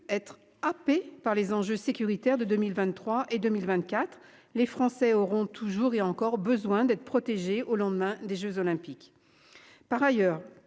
être happés par les enjeux sécuritaires de 2023 et 2024, les Français auront toujours et encore besoin d'être protégés au lendemain des Jeux olympiques. Par ailleurs,